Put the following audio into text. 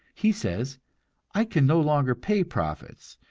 he says i can no longer pay profits,